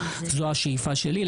שזו השאיפה שלי,